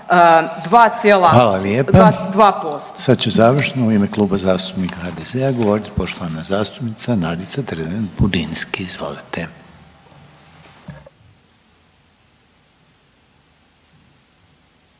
Željko (HDZ)** Sad će završno u ime Kluba zastupnika HDZ-a govoriti poštovana zastupnica Nadica Dreven Budinski. Izvolite.